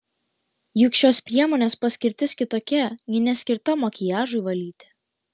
juk šios priemonės paskirtis kitokia ji neskirta makiažui valyti